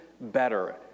better